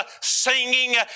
singing